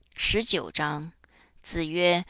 shi er zhang zi yue,